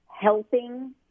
helping